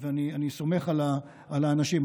אני סומך על האנשים.